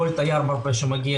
כל תייר מרפא שמגיע,